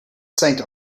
saint